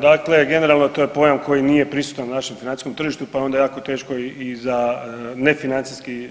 Dakle, generalno to je pojam koji nije prisutan na našem financijskom tržištu, pa je onda jako teško i za nefinancijski